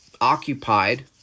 occupied